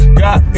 got